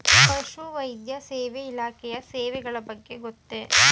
ಪಶುವೈದ್ಯ ಸೇವಾ ಇಲಾಖೆಯ ಸೇವೆಗಳ ಬಗ್ಗೆ ಗೊತ್ತೇ?